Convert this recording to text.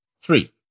Three